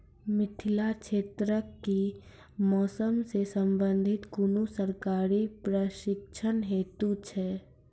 मिथिला क्षेत्रक कि मौसम से संबंधित कुनू सरकारी प्रशिक्षण हेतु छै?